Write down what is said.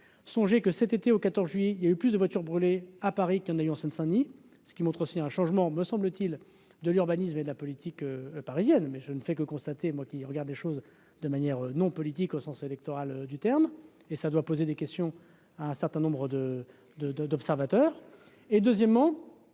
songez que cet été au 14 juillet il y a eu plus de voitures brûlées à Paris qu'il y en a eu, en Seine-Saint-Denis, ce qui montre, c'est un changement, me semble-t-il, de l'urbanisme et de la politique parisienne, mais je ne fais que constater moi qui regarde les choses de manière non politique au sens électoral du terme et ça doit poser des questions à un certain nombre de, de,